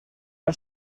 han